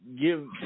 give